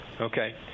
Okay